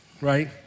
right